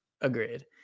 agreed